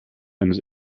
eines